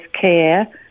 care